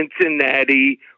Cincinnati